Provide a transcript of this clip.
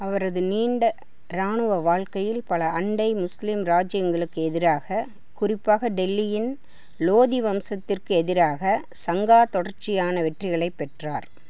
அவரது நீண்ட இராணுவ வாழ்க்கையில் பல அண்டை முஸ்லீம் ராஜ்யங்களுக்கு எதிராக குறிப்பாக டெல்லியின் லோதி வம்சத்திற்கு எதிராக சங்கா தொடர்ச்சியான வெற்றிகளைப் பெற்றார்